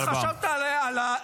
אתה חשבת על הביפרים?